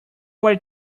way